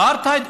אפרטהייד?